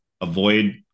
avoid